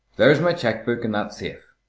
there's my cheque book in that safe.